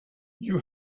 you